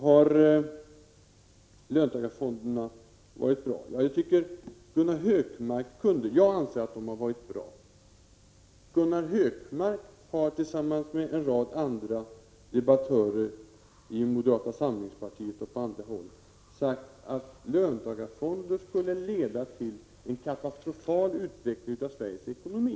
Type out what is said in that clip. Har löntagarfonderna varit bra? Jag anser att de har varit bra. Gunnar Hökmark har tillsammans med en rad andra debattörer i moderata samlingspartiet och från andra håll sagt att löntagarfonderna skulle leda till en katastrofal utveckling av Sveriges ekonomi.